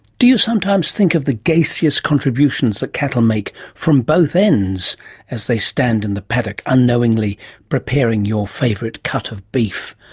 do you sometimes think of the gaseous contributions that cattle make from both ends as they stand in the paddock unknowingly preparing your favourite cut of beef?